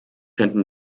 könnten